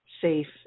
safe